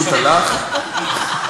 הוא פשוט הלך, אדוני, פשוט הלך.